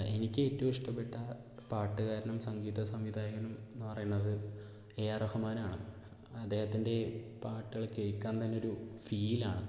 എനിക്കേറ്റവും ഇഷ്ടപ്പെട്ട പാട്ടുകാരനും സംഗീത സംവിധായകനും എന്ന് പറയണത് എ ആർ റഹ്മാൻ ആണ് അദ്ദേഹത്തിൻ്റെ പാട്ടുകൾ കേൾക്കാൻ തന്നെ ഒരു ഫീലാണ്